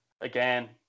again